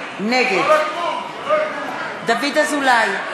נגד דוד אזולאי,